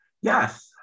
Yes